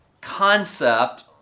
concept